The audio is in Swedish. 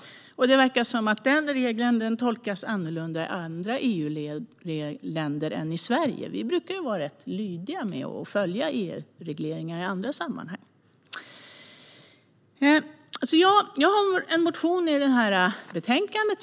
Det verkar som att den regeln tolkas annorlunda i andra EU-länder än i Sverige. Vi brukar ju vara rätt lydiga med att följa EU-regleringar i andra sammanhang. Jag har en motion i det här betänkandet.